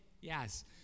yes